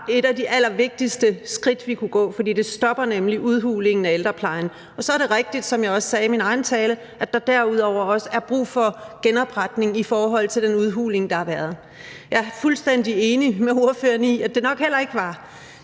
et af de allervigtigste skridt, vi kunne gå, for det stopper nemlig udhulingen af ældreplejen. Og så er det rigtigt, som jeg også sagde i min egen tale, at der derudover også er brug for genopretning i forhold til den udhuling, der har været. Jeg er fuldstændig enig med ordføreren i, at det nok heller ikke